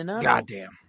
Goddamn